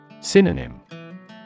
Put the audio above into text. Synonym